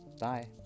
bye